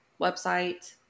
website